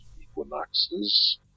Equinoxes